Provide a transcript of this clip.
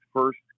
first